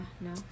No